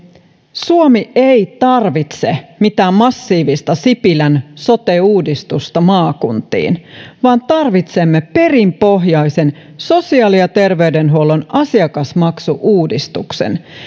suomi ei tarvitse mitään massiivista sipilän sote uudistusta maakuntiin vaan tarvitsemme perinpohjaisen sosiaali ja terveydenhuollon asiakasmaksu uudistuksen